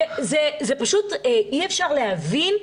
פשוט אי אפשר להבין,